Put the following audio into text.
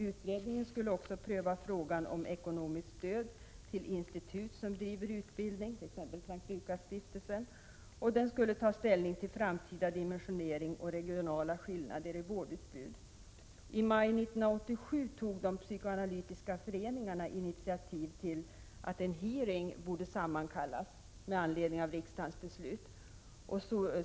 Utredningen skulle också pröva frågan om ekonomiskt stöd till institut som driver utbildning, tex. S:t Lukasstiftelsen, och den skulle ta ställning till framtida dimensionering och regionala skillnader i vårdutbud. I maj 1987 tog de psykoanalytiska föreningarna initiativ till att en hearing borde sammankallas med anledning av riksdagens beslut.